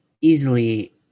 easily